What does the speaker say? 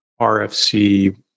RFC